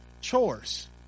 chores